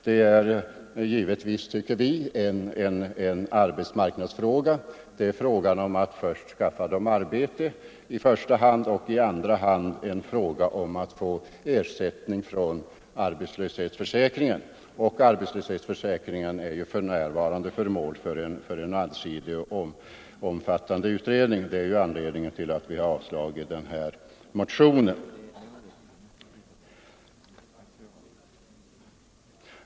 Det är givetvis, tycker vi, främst en arbetsmarknadsfråga, eftersom det i första hand är fråga om att skaffa dem arbete och i andra hand om att ge dem ersättning från arbetslöshetsförsäkringen. Arbetslöshetsförsäkringen är för närvarande föremål för en allsidig och omfattande utredning, och detta är anledningen till att vi har yrkat avslag på den här motionen.